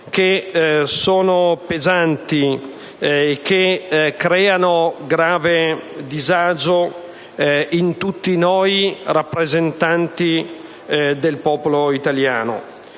che sono pesanti e che creano grave disagio in tutti noi rappresentanti del popolo italiano.